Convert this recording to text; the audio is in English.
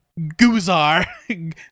Guzar